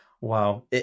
Wow